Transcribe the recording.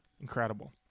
incredible